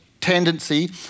tendency